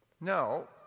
No